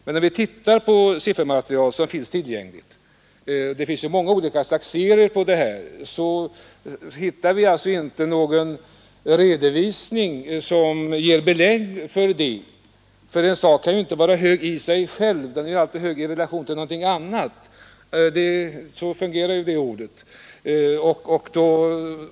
Men om vi tittar på siffermaterial som finns tillgängligt — det finns många olika slags serier som man kan använda — hittar vi inte någon redovisning som ger belägg för uppfattningen att hyrorna är höga. En sak kan nämligen inte vara hög i sig själv, den är alltid hög i relation till någonting annat så fungerar ju det ordet.